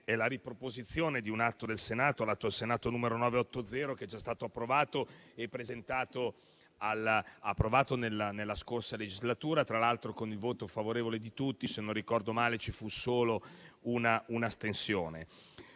è la riproposizione di un atto del Senato, il n. 980, che era già stato approvato nella scorsa legislatura, tra l'altro con il voto favorevole di tutti (se non ricordo male, ci fu solo un'astensione).